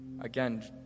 Again